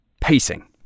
pacing